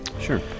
Sure